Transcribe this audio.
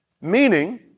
Meaning